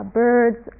birds